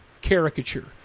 caricature